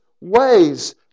ways